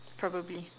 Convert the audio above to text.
probably